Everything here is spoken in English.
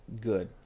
good